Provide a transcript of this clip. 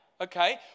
okay